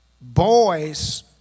boys